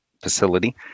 facility